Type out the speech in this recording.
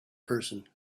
person